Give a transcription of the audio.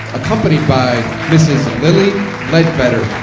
accompanied by mrs. lilly ledbetter,